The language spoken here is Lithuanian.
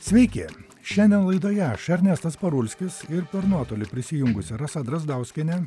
sveiki šiandien laidoje aš ernestas parulskis ir per nuotolį prisijungusi rasa drazdauskienė